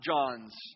John's